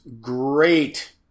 great